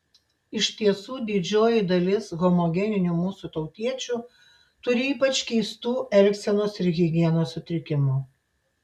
iš tiesų didžioji dalis homogeninių mūsų tautiečių turi ypač keistų elgsenos ir higienos sutrikimų